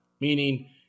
Meaning